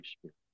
Spirit